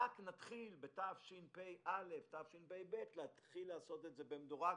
רק בתשפ"א-תשפ"ב נתחיל לעשות את זה במדורג